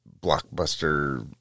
blockbuster